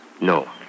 No